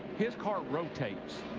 his car rotates.